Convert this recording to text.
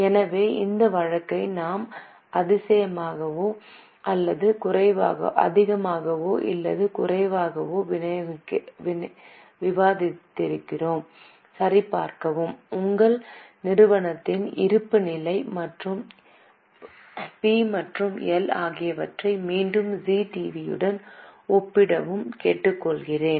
எனவே இந்த வழக்கை நாம் அதிகமாகவோ அல்லது குறைவாகவோ விவாதித்திருக்கிறோம் சரிபார்க்கவும் உங்கள் நிறுவனத்தின் இருப்புநிலை மற்றும் பி மற்றும் எல் ஆகியவற்றை மீண்டும் ஜீ டிவி யுடன் ஒப்பிடவும் கேட்டுக்கொள்கிறேன்